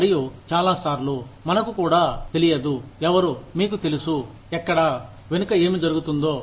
మరియు చాలా సార్లు మనకు కూడా తెలియదు ఎవరు మీకు తెలుసు ఎక్కడ వెనుక ఏమి జరుగుతుందో